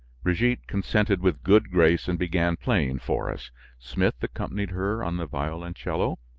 brigitte consented with good grace and began playing for us smith accompanied her on the violoncello.